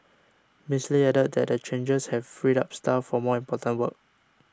Miss Lee added that the changes have freed up staff for more important work